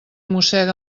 mossega